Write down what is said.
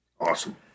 Awesome